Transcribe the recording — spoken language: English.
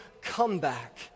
comeback